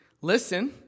Listen